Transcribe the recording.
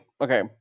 okay